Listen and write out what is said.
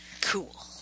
cool